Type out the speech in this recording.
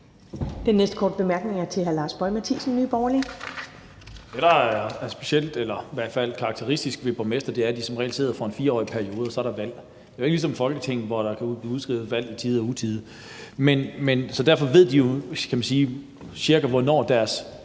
Den næste korte bemærkning er til hr. Lars Boje Mathiesen, Nye Borgerlige. Kl. 20:31 Lars Boje Mathiesen (NB): Det, der er specielt eller i hvert fald karakteristisk ved borgmestre, er, at de som regel sidder for en 4-årig periode, og så er der valg. Det er jo ikke ligesom Folketinget, hvor der kan blive udskrevet valg i tide og utide. Så derfor ved de jo, cirka hvornår deres